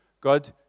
God